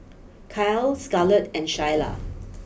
Kyle Scarlet and Shyla